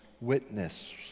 witness